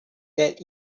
that